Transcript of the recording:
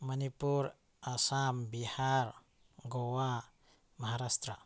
Manipur Assam Bihar Goa Maharashtra